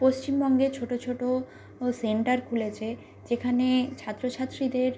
পশ্চিমবঙ্গের ছোটো ছোটো ও সেন্টার খুলেছে যেখানে ছাত্র ছাত্রীদের